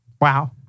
wow